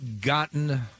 gotten